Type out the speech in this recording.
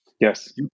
Yes